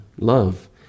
Love